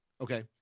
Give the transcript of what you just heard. okay